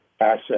asset